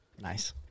Nice